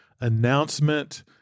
announcement